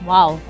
Wow